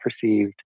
perceived